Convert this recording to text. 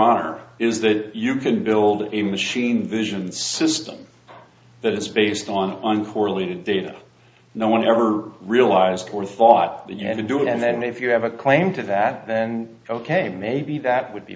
honor is that you could build a machine vision system that is based on uncorrelated data no one ever realized or thought that you had to do it and then if you have a claim to that then ok maybe that would be